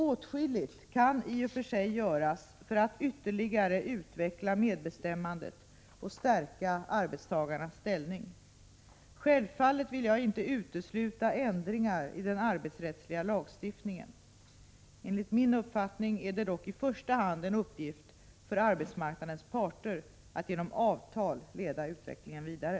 Åtskilligt kan i och för sig göras för att ytterligare utveckla medbestämmandet och stärka arbetstagarnas ställning. Självfallet vill jag inte utesluta ändringar i den arbetsrättsliga lagstiftningen. Enligt min uppfattning är det dock i första hand en uppgift för arbetsmarknadens parter att genom avtal leda utvecklingen vidare.